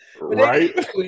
Right